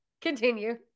continue